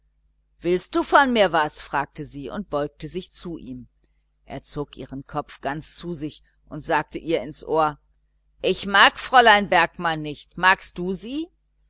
willst du mir was fragte sie und beugte sich zu ihm er zog ihren kopf ganz zu sich und sagte ihr ins ohr ich mag fräulein bergmann nicht magst du sie